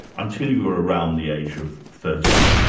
until you were around the age of thirteen.